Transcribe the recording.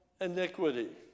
iniquity